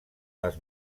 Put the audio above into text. les